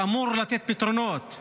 שאמור לתת פתרונות,